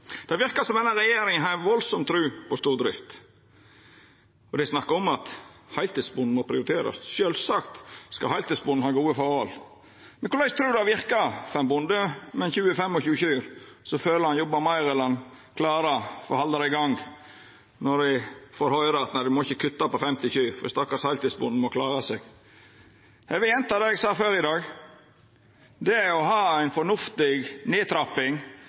Det verkar som om denne regjeringa har veldig tru på stordrift, og ein snakkar om at heiltidsbonden må prioriterast. Sjølvsagt skal heiltidsbonden ha gode forhold. Men korleis trur ein det verkar for ein bonde med 20–25 kyr som føler han jobbar meir enn han klarar for å halda det i gang, når han får høyra: Nei, ein må ikkje kutta på 50 kyr, for den stakkars heiltidsbonden må klara seg. Eg vil gjenta det eg sa før i dag: Det å ha ei fornuftig nedtrapping